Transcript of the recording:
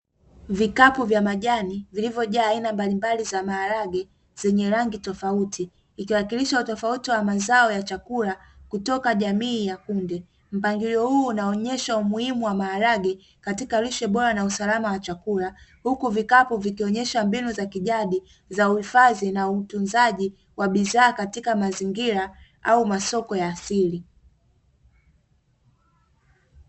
Vikapu vya majani vilivyojaa aina mbalimbali za maharage zenye rangi tofauti ikiwakilisha utofauti wa mazao ya chakula kutoka jamii ya kunde, mpangilio huu unaonyesha umuhimu wa maharage katika lishe bora na usalama wa chakula, huku vikapu vikionyesha mbinu za kijadi za uhifadhi na utunzaji wa bidhaa katika mazingira au masoko ya asili.